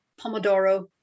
Pomodoro